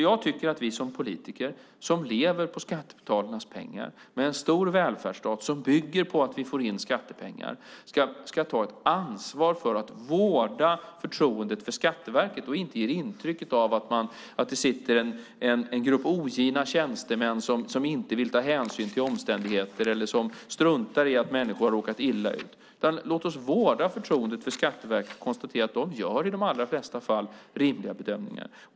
Jag tycker att vi politiker, som lever på skattebetalarnas pengar, med en stor välfärdsstat som bygger på att vi får in skattepengar, ska ta ansvar för att vårda förtroendet för Skatteverket och inte ge intrycket att det sitter en grupp ogina tjänstemän som inte vill ta hänsyn till omständigheterna eller som struntar i att människor har råkat illa ut. Låt oss vårda förtroendet för Skatteverket och konstatera att de i de allra flesta fall gör rimliga bedömningar!